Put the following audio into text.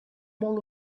molt